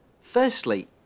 Firstly